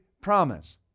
promise